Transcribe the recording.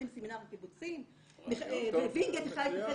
עם סמינר הקיבוצים ווינגייט יכלה להתאחד